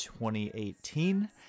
2018